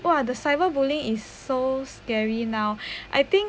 !wah! the cyberbullying is so scary now I think